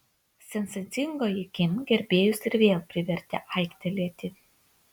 sensacingoji kim gerbėjus ir vėl privertė aiktelėti